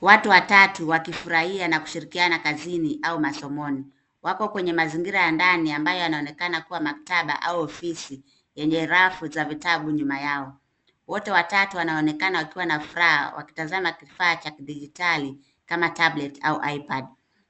Watu watatu wakifurahia na kushirikiana kazini au masomoni. Wako kwenye mazingira ya ndani ambayo yanaonekana kuwa maktaba au ofisi enye rafu za vitabu nyuma yao. Wote watatu wanaonekana wakiwa na furaha wakitazama kifaa cha kidijitali kama tablet au ipad.